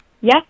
yes